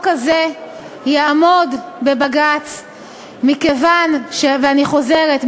הזה יעמוד בבג"ץ מכיוון ואני חוזרת,